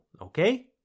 okay